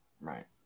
Right